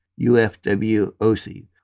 UFWOC